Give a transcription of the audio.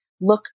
look